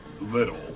little